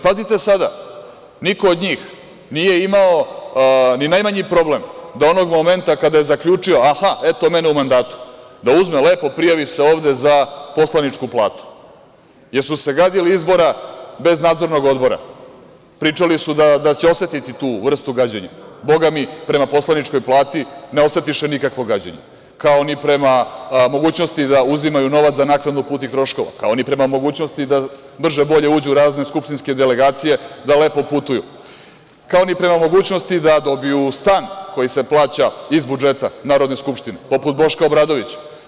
Pazite, sada, niko od njih nije imao ni najmanji problem da onog momenta kada je zaključio – aha, eto mene u mandatu, da uzme lepo, prijavi se ovde za poslaničku platu, jer su se gadili izbora bez nadzornog odbora, pričali su da će osetiti tu vrstu gađenja, bogami, prema poslaničkoj plati ne osetiše nikakvo gađenje, kao ni prema mogućnosti da uzimaju novac za naplatu putnih troškova, kao ni prema mogućnosti da brže – bolje uđu u razne skupštinske delegacije, da lepo putuju, kao ni prema mogućnosti da dobiju stan koji se plaća iz budžeta Narodne skupštine, poput Boška Obradovića.